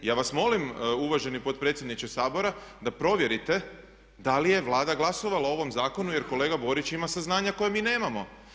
Ja vas molim uvaženi potpredsjedniče Sabora da provjerite da li je Vlada glasovala o ovom zakonu jer kolega Borić ima saznanja koja mi nemamo.